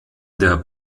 der